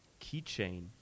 keychain